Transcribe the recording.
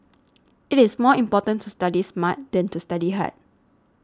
it is more important to study smart than to study hard